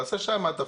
תעשה שם את ה"פלאט"